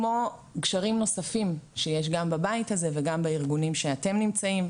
כמו גשרים נוספים שיש גם בבית הזה וגם בארגונים שאתם נמצאים,